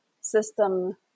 system